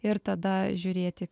ir tada žiūrėti